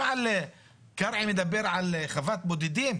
קרעי מדבר על חוות בודדים.